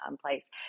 place